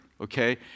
okay